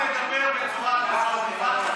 אבל למה לדבר בצורה כזאת?